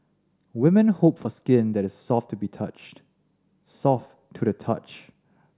women hope for skin that is soft to be touched soft to the touch